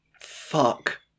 Fuck